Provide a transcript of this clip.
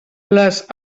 les